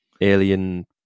alien